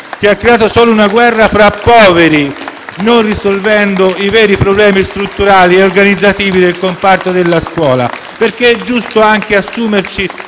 ha creato solo una guerra fra poveri, non risolvendo i veri problemi strutturali e organizzativi del comparto della scuola. È giusto anche assumerci